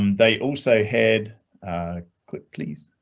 um they also had a quick please.